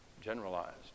generalized